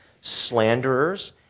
slanderers